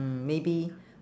mm maybe